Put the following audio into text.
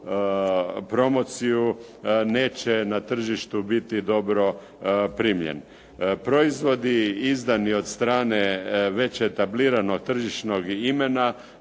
promociju, neće na tržištu biti dobro primljen. Proizvodi izdani od strane većeg etabliranog tržišnog imena